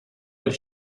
per